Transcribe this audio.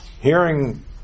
hearing